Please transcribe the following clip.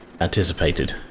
anticipated